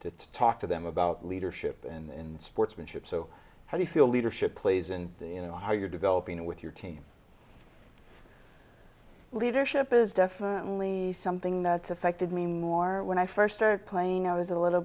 to talk to them about leadership in sportsmanship so how do you feel leadership plays and you know how you're developing with your team leadership is definitely something that's affected me more when i first started playing i was a little